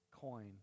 coin